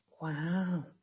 Wow